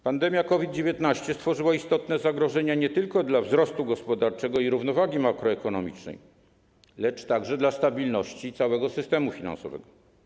Pandemia COVID-19 stworzyła istotne zagrożenia nie tylko dla wzrostu gospodarczego i równowagi makroekonomicznej, lecz także dla stabilności całego systemu finansowego.